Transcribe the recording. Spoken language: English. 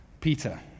Peter